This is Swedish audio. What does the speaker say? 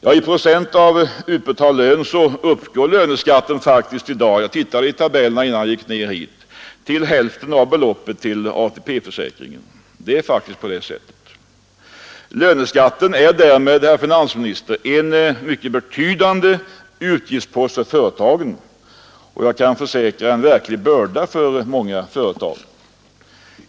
I procent av utbetald lön uppgår löneskatten faktiskt i dag — jag tittade efter i tabellen innan jag gick ned till kammaren — till hälften av beloppet till ATP-försäkringen. Löneskatten är därmed, herr finansminister, en mycket betydande utgiftspost för företagen och — jag kan försäkra — en verklig börda för många företag.